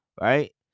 right